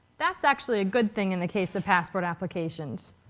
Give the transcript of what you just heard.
that's actually a good thing in the case of passport applications.